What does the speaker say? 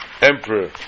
Emperor